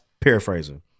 paraphrasing